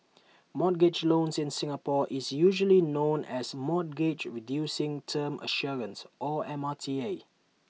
mortgage loan in Singapore is usually known as mortgage reducing term assurance or M R T A